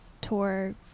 tour